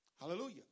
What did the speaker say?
Hallelujah